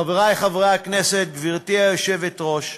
חברי חברי הכנסת, גברתי היושבת-ראש,